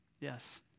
yes